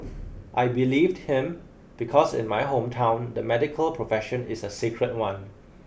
I believed him because in my hometown the medical profession is a sacred one